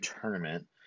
tournament